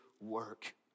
work